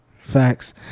Facts